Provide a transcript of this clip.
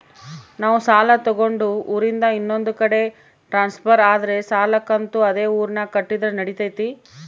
ನಾವು ಸಾಲ ತಗೊಂಡು ಊರಿಂದ ಇನ್ನೊಂದು ಕಡೆ ಟ್ರಾನ್ಸ್ಫರ್ ಆದರೆ ಸಾಲ ಕಂತು ಅದೇ ಊರಿನಾಗ ಕಟ್ಟಿದ್ರ ನಡಿತೈತಿ?